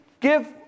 give